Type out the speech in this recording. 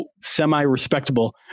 semi-respectable